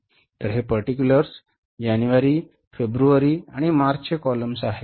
तर हे Particulars जानेवारी फेब्रुवारी आणि मार्च चे columns आहेत